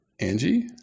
Angie